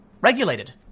regulated